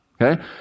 Okay